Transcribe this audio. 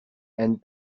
and